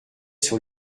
sur